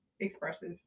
expressive